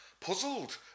Puzzled